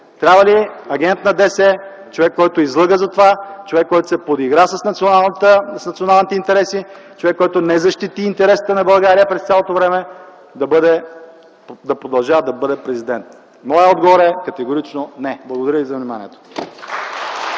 трябва ли агент на ДС, човек, който излъга за това, човек, който се подигра с националните интереси, човек, който не защити интересите на България през цялото време, да продължава да бъде президент. Моят отговор е: категорично не! Благодаря ви за вниманието.